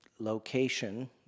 location